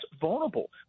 vulnerable